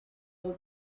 del